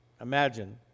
imagine